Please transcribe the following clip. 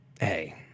Hey